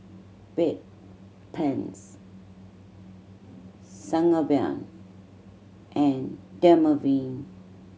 Bedpans Sangobion and Dermaveen